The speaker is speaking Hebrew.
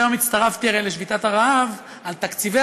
שהיום הצטרפתי לשביתת הרעב על תקציבי